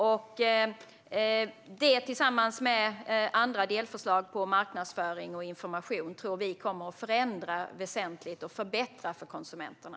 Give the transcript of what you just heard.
Detta tillsammans med andra delförslag om marknadsföring och information tror vi kommer att väsentligt förändra och förbättra för konsumenterna.